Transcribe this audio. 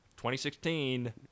2016